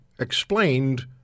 explained